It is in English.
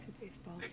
baseball